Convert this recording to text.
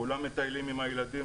כולם מטיילים עם הילדים,